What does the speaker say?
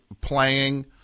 playing